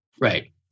Right